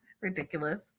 Ridiculous